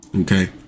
okay